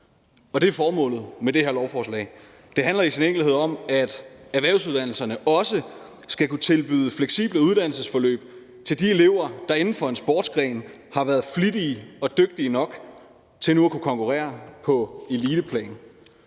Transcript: og det er formålet med det her lovforslag. Det handler i sin enkelhed om, at erhvervsuddannelserne også skal kunne tilbyde fleksible uddannelsesforløb til de elever, der inden for en sportsgren har været flittige og dygtige nok til nu at kunne konkurrere på eliteplan.